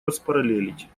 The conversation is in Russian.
распараллелить